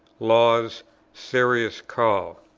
law's serious call.